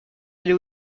aller